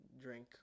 drink